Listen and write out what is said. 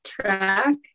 track